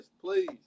please